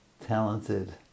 talented